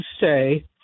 say